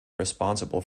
responsible